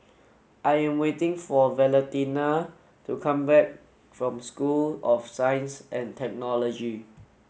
I am waiting for Valentina to come back from School of Science and Technology